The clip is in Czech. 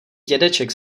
dědeček